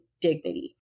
dignity